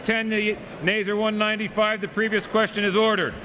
ten the neither one ninety five the previous question is ordered